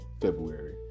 february